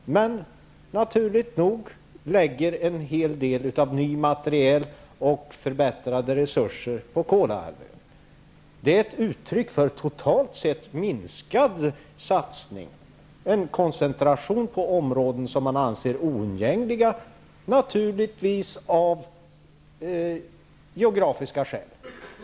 Man lägger naturligt nog en hel del av ny materiel och förbättrade resurser på Kolahalvön. Det är ett uttryck för totalt sett minskad satsning: en koncentration på områden som man anser oundgängliga av geografiska skäl.